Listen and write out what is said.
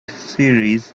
series